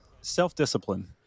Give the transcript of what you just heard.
Self-discipline